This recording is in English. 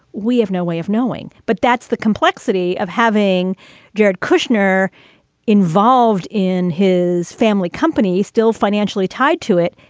we have no way of knowing. but that's the complexity of having jared kushner involved in his family company still financially tied to it.